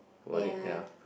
ya